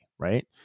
Right